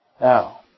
Now